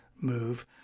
move